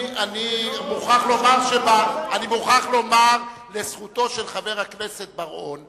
אני מוכרח לומר לזכותו של חבר הכנסת בר-און,